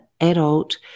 adult